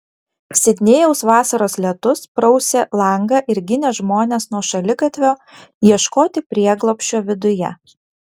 sidnėjaus vasaros lietus prausė langą ir ginė žmones nuo šaligatvio ieškoti prieglobsčio viduje